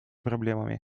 проблемами